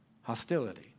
Hostility